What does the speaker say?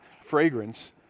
fragrance